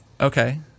okay